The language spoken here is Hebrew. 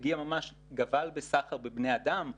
גבל ממש בסחר בבני אדם.